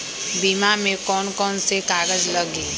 बीमा में कौन कौन से कागज लगी?